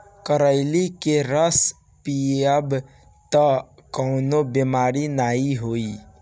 करइली के रस पीयब तअ कवनो बेमारी नाइ होई